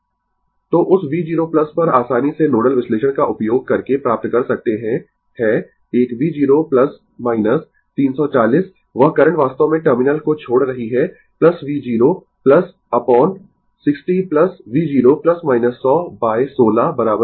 Refer Slide Time 2707 तो उस V 0 पर आसानी से नोडल विश्लेषण का उपयोग करके प्राप्त कर सकते है है एक V 0 340 वह करंट वास्तव में टर्मिनल को छोड़ रही है V 0 अपोन 60 V 0 100 बाय 16 0